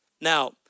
Now